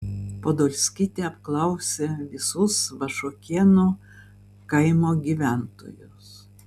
podolskytė apklausė visus vašuokėnų kaimo gyventojus